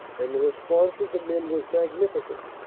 and the response of the men was magnificent,